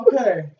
Okay